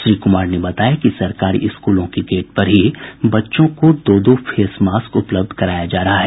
श्री कुमार ने बताया कि सरकारी स्कूलों के गेट पर ही बच्चों को दो दो फेस मास्क उपलब्ध कराया जा रहा है